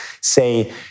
say